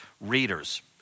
readers